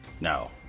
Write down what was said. No